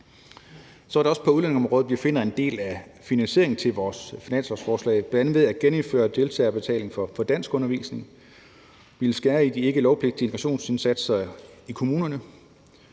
på udlændingeområdet, vi finder en del af finansieringen til vores finanslovsforslag, bl.a. ved at genindføre deltagerbetaling for danskundervisning. Vi vil skære i de ikkelovpligtige integrationsindsatser i kommunerne,